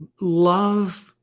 love